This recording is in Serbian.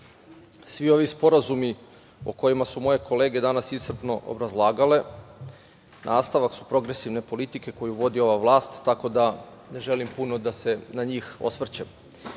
svi ovi sporazumi o kojima su moje kolege danas iscrpno obrazlagale nastavak su progresivne politike koju vodi ova vlast, tako da ne želim puno da se na njih osvrćem. Ja